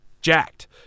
jacked